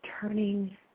turning